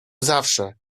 zawsze